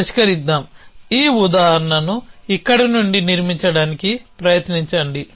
మనం పరిష్కరిద్దాంఈ ఉదాహరణను ఇక్కడ నుండి నిర్మించడానికి ప్రయత్నించండి